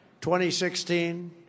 2016